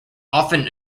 often